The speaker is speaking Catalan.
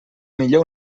millor